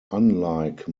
unlike